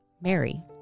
Mary